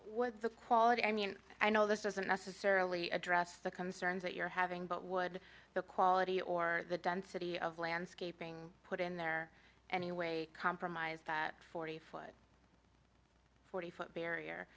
what the quality i mean i know this doesn't necessarily address the concerns that you're having but would the quality or the density of landscaping put in there anyway compromise that forty five forty foot